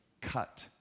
cut